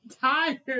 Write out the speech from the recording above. tired